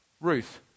Ruth